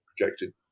projected